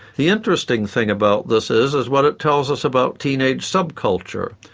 the interesting thing about this is is what it tells us about teenage subculture.